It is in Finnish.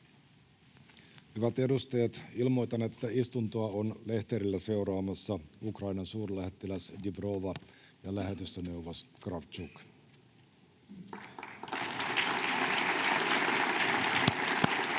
Hyvät edustajat! Ilmoitan, että istuntoa ovat lehterillä seuraamassa Ukrainan suurlähettiläs Dibrova ja lähetystöneuvos Kravtšuk.